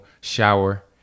shower